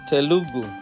Telugu